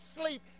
sleep